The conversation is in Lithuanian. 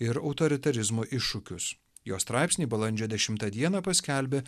ir autoritarizmo iššūkius jo straipsnį balandžio dešimtą dieną paskelbė